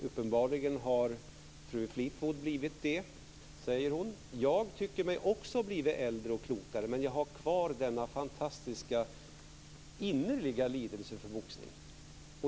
Uppenbarligen har fru Fleetwood blivit det, säger hon. Jag tycker mig också ha blivit äldre och klokare, men jag har kvar denna fantastiska och innerliga lidelse för boxning.